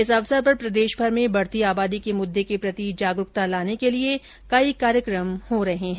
इस अवसर पर प्रदेशभर में बढती आबादी के मुद्दे के प्रति जागरूकता लाने के लिये कई कार्यक्रम हो रहे है